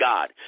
God